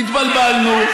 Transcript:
התבלבלנו,